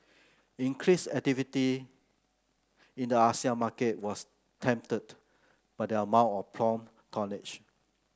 increase activity in the ASEAN market was tempered by the amount of prompt tonnage